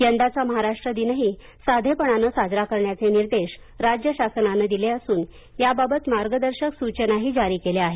यंदाचा महाराष्ट्र दिनही साधेपणाने साजरा करण्याचे निर्देश राज्य शासनानं दिले असून याबाबत मार्गदर्शक सूचनाही जारी केल्या आहेत